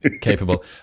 capable